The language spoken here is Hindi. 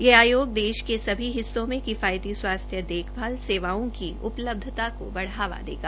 ये आयोग देश के सभी हिस्सों मे किफायती स्वास्थ्य देखभाल सेवाओं की उपलब्धता को बढ़ावा देगा